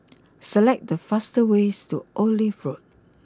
select the fastest way to Olive Road